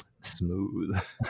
smooth